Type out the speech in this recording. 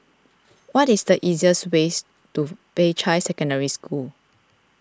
what is the easiest ways to Peicai Secondary School